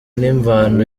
n’imvano